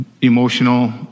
emotional